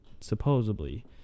supposedly